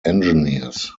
engineers